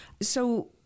So-